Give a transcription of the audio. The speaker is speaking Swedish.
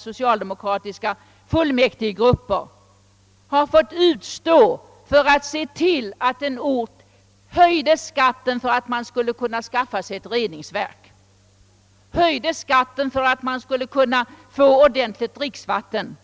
socialdemokratiska fullmäktigegrupper ofta får utstå för att driva igenom att kommunen höjer skatten så att det blir möjligt att skaffa ett reningsverk och få fram ordentligt dricksvatten.